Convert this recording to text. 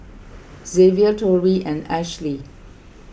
Xzavier Torrey and Ashely